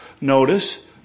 Notice